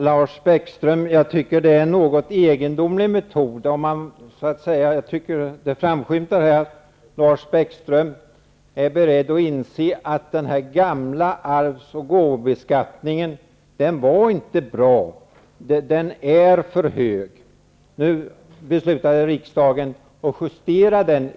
Herr talman! Jag tycker att Lars Bäckströms metod är något egendomlig. Det framskymtar att Lars Bäckström är beredd att inse att den gamla arvsoch gåvobeskattningen inte var bra. Den var för hög. I höstas beslutade riksdagen att justera den.